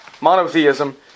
monotheism